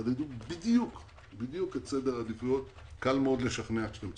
תחדדו בדיוק את סדר העדיפויות וקל מאוד לשכנע כשאתם צודקים.